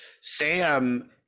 Sam